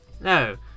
No